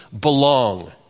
belong